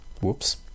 Whoops